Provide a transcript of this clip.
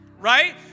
right